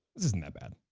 this isn't that bad.